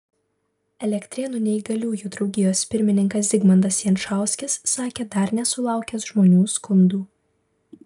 elektrėnų neįgaliųjų draugijos pirmininkas zigmantas jančauskis sakė dar nesulaukęs žmonių skundų